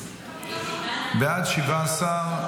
בעד, 17,